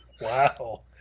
Wow